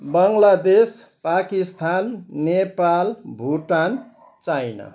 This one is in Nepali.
बङ्लादेश पाकिस्तान नेपाल भुटान चाइना